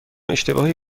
اشتباهی